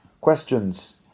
questions